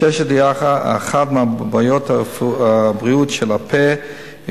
עששת היא אחת מהבעיות של בריאות של הפה,